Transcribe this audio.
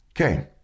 okay